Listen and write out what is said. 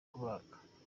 kubaga